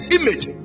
image